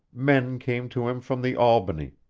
men came to him from the albany,